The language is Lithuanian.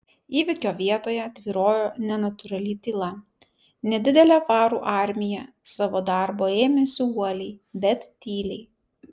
įvykio vietoje tvyrojo nenatūrali tyla nedidelė farų armija savo darbo ėmėsi uoliai bet tyliai